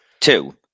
Two